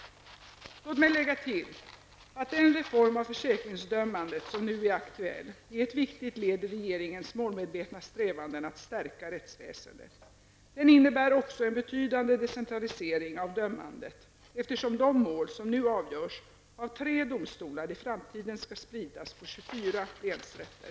Låt mig lägga till att den reform av försäkringsdömandet som nu är aktuell är ett viktigt led i regeringens målmedvetna strävanden att stärka rättsväsendet. Den innebär också en betydande decentralisering av dömandet, eftersom de mål som nu avgörs av tre domstolar i framtiden skall spridas på 24 länsrätter.